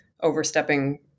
overstepping